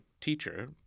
teacher